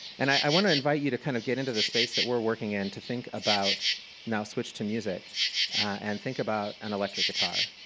and i want to invite you to kind of get into this space that we're working in to think about now switch to music and think about an electric guitar.